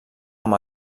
amb